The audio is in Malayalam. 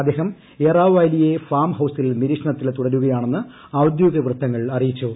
അദ്ദേഹം എറാവാലിയെ ഫാം ഹൌസിൽ നിരീക്ഷണത്തിൽ തുടരുകയാണെന്ന് ഔദ്യോഗിക വൃത്തങ്ങൾ അറിയിച്ചു